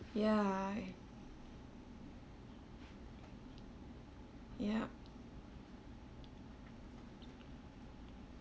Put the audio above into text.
ya ya